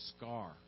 scar